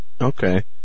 Okay